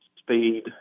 Speed